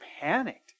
panicked